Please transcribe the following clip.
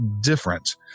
different